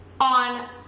on